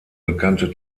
bekannte